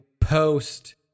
post